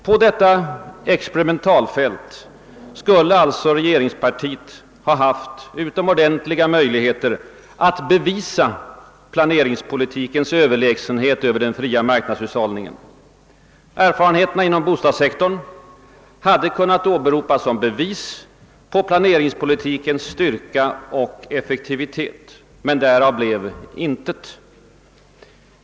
På detta experimentalfält skulle alltså regeringspartiet ha haft utomordentliga möjligheter att bevisa planeringspolitikens överlägsenhet över den fria marknadshushållningen. Erfarenheterna inom bostadssektorn hade kunnat åberopas som bevis för planeringspolitikens styrka och effektivitet — men därav blev intet.